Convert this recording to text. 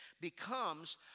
becomes